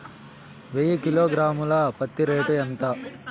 వెయ్యి కిలోగ్రాము ల పత్తి రేటు ఎంత?